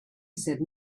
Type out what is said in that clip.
said